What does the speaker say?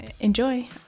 Enjoy